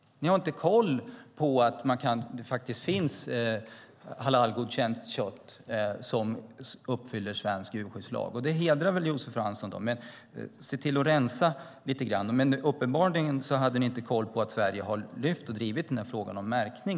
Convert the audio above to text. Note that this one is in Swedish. Ni har inte koll på att det faktiskt finns halalgodkänt kött som uppfyller svensk djurskyddslag. Det hedrar väl Josef Fransson att han backar. Men se då till att rensa lite grann! Uppenbarligen hade ni inte heller koll på att Sverige har lyft fram och drivit frågan om märkning.